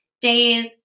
days